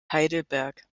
heidelberg